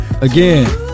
Again